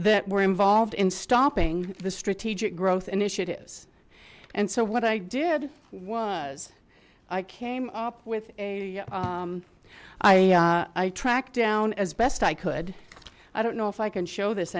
that were involved in stopping the strategic growth initiatives and so what i did was i came up with a i i tracked down as best i could i don't know if i can show this